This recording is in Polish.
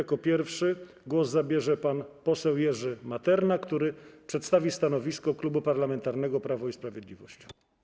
Jako pierwszy głos zabierze pan poseł Jerzy Materna, który przedstawi stanowisko Klubu Parlamentarnego Prawo i Sprawiedliwość.